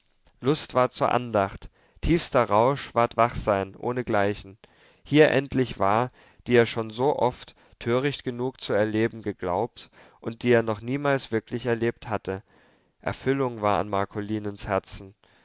lust ward zur andacht tiefster rausch ward wachsein ohnegleichen hier endlich war die er schon so oft töricht genug zu erleben geglaubt und die er noch niemals wirklich erlebt hatte erfüllung war an marcolinens herzen